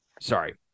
Sorry